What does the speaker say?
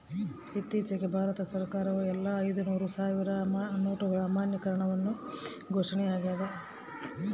ಇತ್ತೀಚಿಗೆ ಭಾರತ ಸರ್ಕಾರವು ಎಲ್ಲಾ ಐದುನೂರು ಸಾವಿರ ನೋಟುಗಳ ಅಮಾನ್ಯೀಕರಣವನ್ನು ಘೋಷಣೆ ಆಗ್ಯಾದ